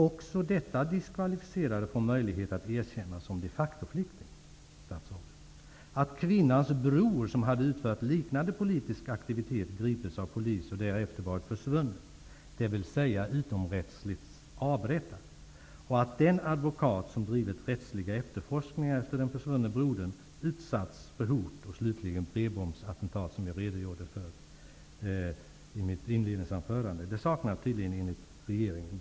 Även detta diskvalificerade från möjlighet att erkännas som de facto-flykting, statsrådet. Att kvinnans bror, som hade utfört liknande politisk aktivitet, gripits av polis och därefter varit försvunnen, dvs. utomrättsligt avrättad, och att den advokat som drivit rättsliga efterforskningar efter den försvunne brodern utsatts för hot och slutligen brevbombsattentat, vilket jag redogjorde för i mitt inledningsanförande, saknade tydligen betydelse enligt regeringen.